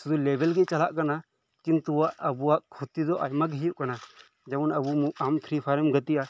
ᱥᱩᱫᱩ ᱞᱮᱵᱮᱞ ᱜᱮ ᱪᱟᱞᱟᱜ ᱠᱟᱱᱟ ᱠᱤᱱᱛᱩ ᱟᱵᱚᱣᱟᱜ ᱠᱷᱚᱛᱤ ᱫᱚ ᱟᱭᱢᱟ ᱜᱮ ᱦᱳᱭᱳᱜ ᱠᱟᱱᱟ ᱡᱮᱢᱚᱱ ᱟᱵᱚ ᱟᱢ ᱯᱷᱤᱨᱤ ᱯᱷᱟᱭᱟᱨ ᱮᱢ ᱜᱟᱛᱮᱜᱼᱟ